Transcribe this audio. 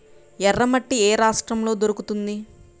ఎర్రమట్టి ఏ రాష్ట్రంలో దొరుకుతుంది?